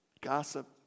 gossip